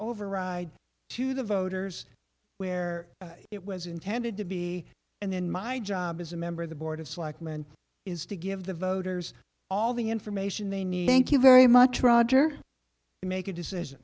override to the voters where it was intended to be and then my job as a member of the board of selectmen is to give the voters all the information they need thank you very much roger make a decision